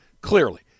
clearly